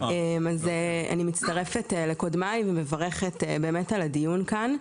אז אני מצטרפת לקודמיי ואני מברכת באמת על הדיון כאן.